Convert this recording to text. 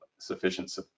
sufficient